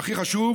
והכי חשוב: